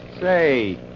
Say